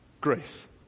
Grace